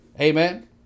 Amen